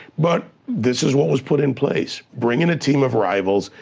but this is what was put in place. bring in a team of rivals,